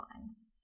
lines